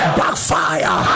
backfire